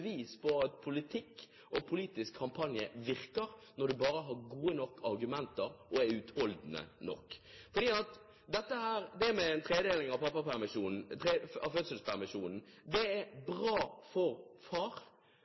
på at politikk og politisk kampanje virker, når du bare har gode nok argumenter og er utholdende nok. For dette med en tredeling av fødselspermisjonen er bra for far, for du får knyttet deg mye bedre til ungene dine når ungene er